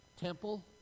temple